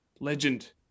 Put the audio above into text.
legend